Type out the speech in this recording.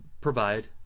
provide